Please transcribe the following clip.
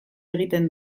egiten